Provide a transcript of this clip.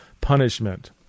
punishment